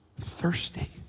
thirsty